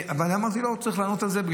אבל אמרתי, לא, צריך לענות על זה.